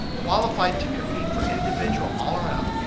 qualified to compete for individual all-around,